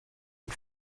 and